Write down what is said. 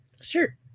sure